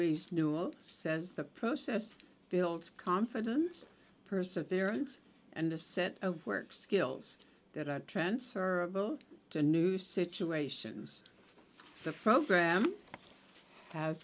eloise newell says the process builds confidence perseverance and the set of work skills that are transferable to new situations the fro graham has